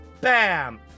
bam